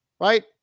right